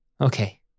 Okay